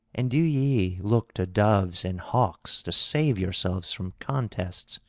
and do ye look to doves and hawks to save yourselves from contests?